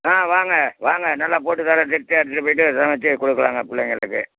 ஆ வாங்க வாங்க நல்லா போட்டு தர்றேன் திருப்தியாக எடுத்துட்டு போய்ட்டு சமைச்சி கொடுக்கலாங்க பிள்ளைங்களுக்கு